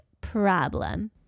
problem